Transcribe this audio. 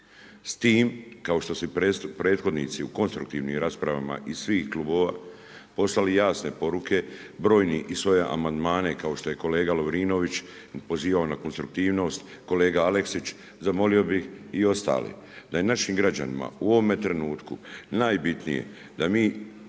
S tim kao što su prethodnici u konstruktivnim raspravama iz svih klubova poslali jasne poruke, brojni i svoje amandmane kao što je kolega Lovrinović pozivao na konstruktivnost, kolega Aleksić zamolio bih i ostale, da je našim građanima u ovome trenutku, najbitnije da mi